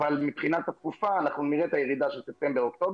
אבל מבחינת התקופה אנחנו נראה את הירידה של ספטמבר-אוקטובר